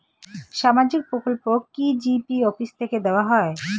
সামাজিক প্রকল্প কি জি.পি অফিস থেকে দেওয়া হয়?